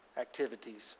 activities